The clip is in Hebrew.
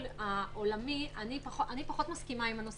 אני פחות מסכימה עם הטענה